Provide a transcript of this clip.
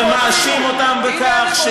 ומאשים אותם בכך,